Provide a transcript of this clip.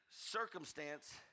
circumstance